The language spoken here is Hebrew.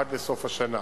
עד לסוף השנה,